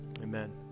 amen